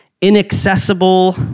inaccessible